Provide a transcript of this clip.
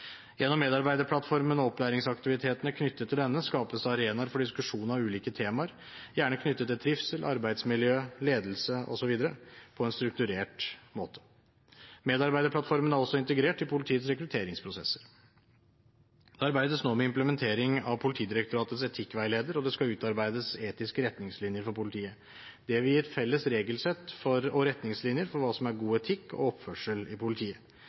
Gjennom medarbeiderplattformen og opplæringsaktivitetene knyttet til denne, skapes det arenaer for diskusjon av ulike temaer, gjerne knyttet til trivsel, arbeidsmiljø, ledelse osv., på en strukturert måte. Medarbeiderplattformen er også integrert i politiets rekrutteringsprosesser. Det arbeides nå med implementering av Politidirektoratets etikkveileder, og det skal utarbeides etiske retningslinjer for politiet. Det vil gi et felles regelsett og felles retningslinjer for hva som er god etikk og god oppførsel i politiet.